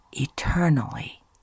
Eternally